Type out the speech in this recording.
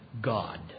God